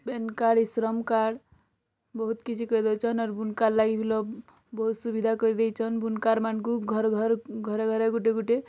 PAN card eShram card ବହୁତ୍ କିଛି କରିଦଉଛନ୍ ଆର୍ ବୁନ୍କାର୍ ଲାଗି ବିଲ ବହୁତ୍ ସୁବିଧା କରି ଦେଇଛନ୍ ବୁନ୍କାର୍ମାନଙ୍କୁ ଘର୍ ଘର୍ ଘରେ ଘରେ ଗୁଟେ ଗୁଟେ